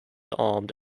armed